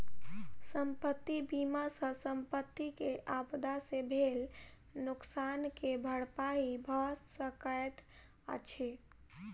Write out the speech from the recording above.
संपत्ति बीमा सॅ संपत्ति के आपदा से भेल नोकसान के भरपाई भअ सकैत अछि